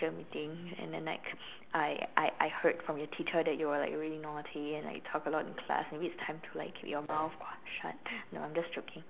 teacher meeting and then like I I I heard from your teacher that you were really naughty and like talk a lot in class maybe it's time to like keep your mouth shut no I am just joking